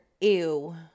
ew